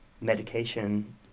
medication